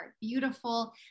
beautiful